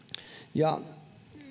ja